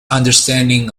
understanding